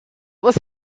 was